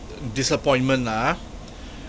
disappointment lah ah